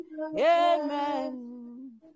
Amen